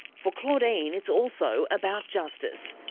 for claudine, it's also about justice,